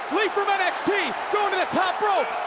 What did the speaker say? lee from nxt going to the top rope.